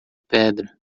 pedra